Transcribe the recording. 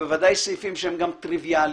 ובוודאי סעיפים שהם גם טריוויאליים.